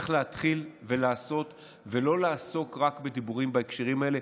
צריך להתחיל לעשות ולא לעסוק רק בדיבורים בהקשרים האלה.